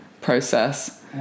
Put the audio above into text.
process